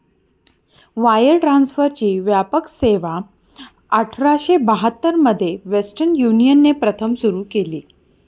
wire ट्रान्सफरची व्यापक सेवाआठराशे बहात्तर मध्ये वेस्टर्न युनियनने प्रथम सुरू केली